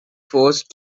forced